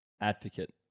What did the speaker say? Advocate